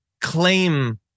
claim